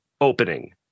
opening